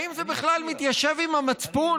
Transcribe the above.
האם זה בכלל מתיישב עם המצפון,